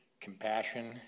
compassion